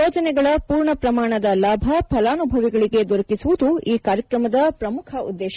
ಯೋಜನೆಗಳ ಪೂರ್ಣ ಪ್ರಮಾಣದ ಲಾಭ ಫಲಾನುಭವಿಗಳಿಗೆ ದೊರಕಿಸುವುದು ಈ ಕಾರ್ಯಕ್ರಮದ ಪ್ರಮುಖ ಉದ್ದೇಶ